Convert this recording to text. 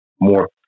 more